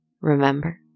remember